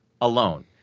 alone